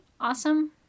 Awesome